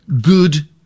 good